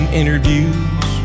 interviews